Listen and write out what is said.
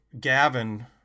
Gavin